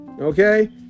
Okay